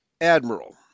admiral